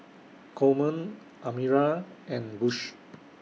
Coleman Amira and Bush